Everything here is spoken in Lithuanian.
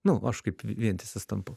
nu aš kaip vi vientisas tampu